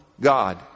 god